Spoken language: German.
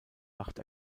macht